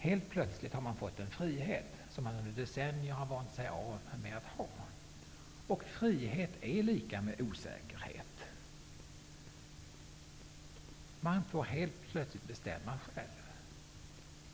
Helt plötsligt har man fått en frihet som man under decennier har vant av sig av med. Frihet är lika med osäkerhet. Man får helt plötsligt bestämma själv.